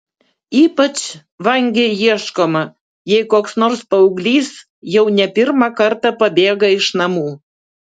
ypač vangiai ieškoma jei koks nors paauglys jau ne pirmą kartą pabėga iš namų